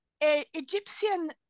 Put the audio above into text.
Egyptian